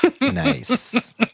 Nice